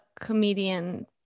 comedian